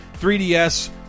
3DS